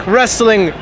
Wrestling